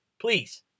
please